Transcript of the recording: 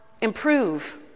improve